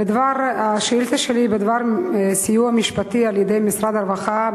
השאילתא שלי היא בדבר סיוע משפטי בענייני